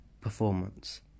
performance